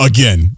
Again